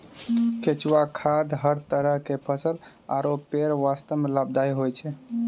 केंचुआ खाद हर तरह के फसल आरो पेड़ वास्तॅ लाभदायक होय छै